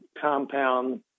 compound